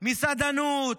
מסעדנות,